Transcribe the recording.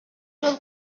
жол